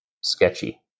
sketchy